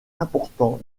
important